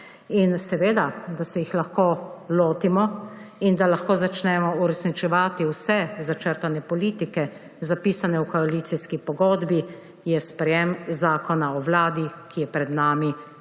Seveda, da se jih lahko lotimo in da lahko začnemo uresničevati vse začrtane politike, zapisane v koalicijski pogodbi, je sprejetje Zakona o Vladi, ki je pred nami, nujen